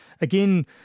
again